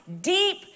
deep